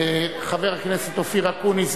חבר הכנסת אופיר אקוניס,